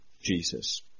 Jesus